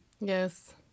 Yes